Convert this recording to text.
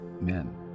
men